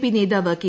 P നേതാവ് K